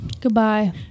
Goodbye